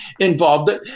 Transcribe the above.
involved